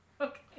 Okay